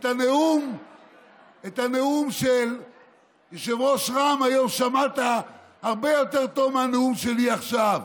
את הנאום של יושב-ראש רע"מ היום שמעת הרבה יותר טוב מהנאום שלי עכשיו,